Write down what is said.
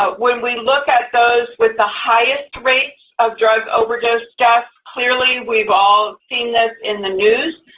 when we look at those with the highest rates of drug overdose death, clearly, we've all seen this in the news,